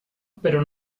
pero